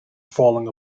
falling